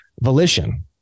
Volition